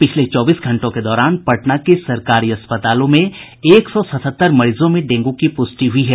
पिछले चौबीस घंटों के दौरान पटना के सरकारी अस्पतालों में एक सौ सतहत्तर मरीजों में डेंगू की प्रष्टि हुई है